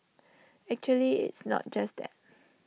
actually it's not just that